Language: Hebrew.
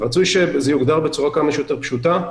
רצוי שזה יוגדר בצורה כמה שיותר פשוטה.